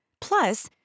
Plus